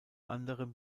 anderem